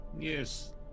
Yes